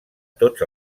tots